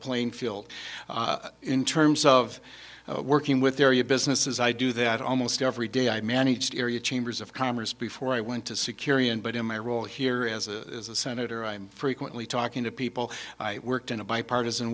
playing field in terms of working with area businesses i do that almost every day i manage the area chambers of commerce before i went to security and but in my role here as a senator i'm frequently talking to people i worked in a bipartisan